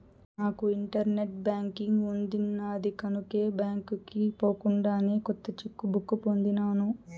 నాకు internet banking ఉండిన్నాది కనుకే బాంకీకి పోకుండానే కొత్త చెక్ బుక్ పొందినాను